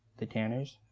the tanners.